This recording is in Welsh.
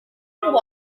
wael